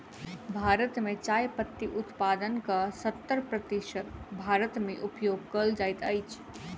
भारत मे चाय पत्ती उत्पादनक सत्तर प्रतिशत भारत मे उपयोग कयल जाइत अछि